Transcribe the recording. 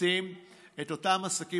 מפצים את אותם עסקים.